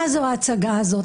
מה זו ההצגה הזאת?